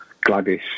gladys